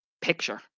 picture